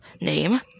name